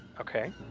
Okay